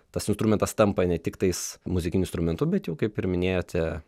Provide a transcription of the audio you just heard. tas instrumentas tampa ne tiktais muzikiniu instrumentu bet jau kaip ir minėjote